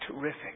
terrific